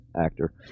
actor